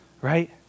Right